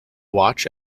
watch